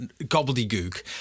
gobbledygook